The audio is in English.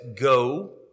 go